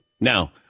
Now